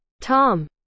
Tom